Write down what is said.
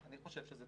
אני חושב שזו